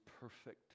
perfect